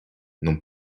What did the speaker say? non